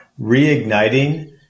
reigniting